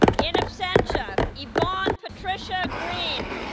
in absentia yvonne patricia green